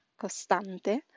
costante